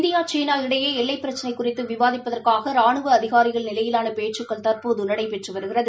India சீனா இடையேஎல்லைபிரச்சினைகுறித்துவிவாதிப்பதற்காகராணுவ அதிகாரிகள் நிலையிலானபேச்சுக்கள் தற்போதுநடைபெற்றுவருகிறது